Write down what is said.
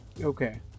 Okay